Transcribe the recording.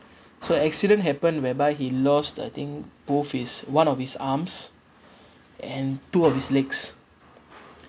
so accident happen whereby he lost I think both his one of his arms and two of his legs